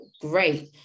great